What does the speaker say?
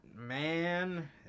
man